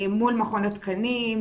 מול מכון התקנים,